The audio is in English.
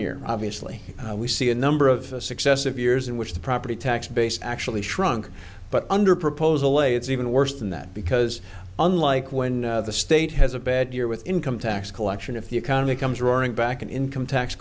year obviously we see a number of successive years in which the property tax base actually shrunk but under proposal a it's even worse than that because unlike when the state has a bad year with income tax collection if the economy comes roaring back an income tax